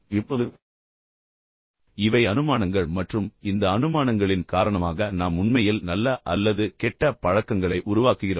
இப்போது நான் உங்களுக்குச் சொல்ல வேண்டும் இவை அனுமானங்கள் மற்றும் இந்த அனுமானங்களின் காரணமாக நாம் உண்மையில் நல்ல அல்லது கெட்ட பழக்கங்களை உருவாக்குகிறோம்